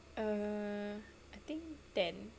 um I think ten